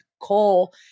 coal